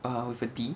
with A D